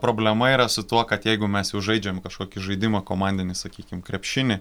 problema yra su tuo kad jeigu mes jau žaidžiame kažkokį žaidimą komandinį sakykim krepšinį